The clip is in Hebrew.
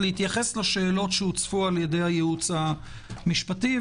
להתייחס לשאלות שהוצפו על-ידי היועץ המשפטי.